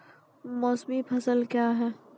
मौसमी फसल क्या हैं?